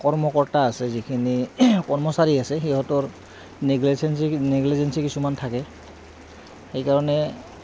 কৰ্মকৰ্তা আছে যিখিনি কৰ্মচাৰী আছে সিহঁতৰ নেগলিজেঞ্চি নেগলিজেঞ্চি কিছুমান থাকে সেইকাৰণে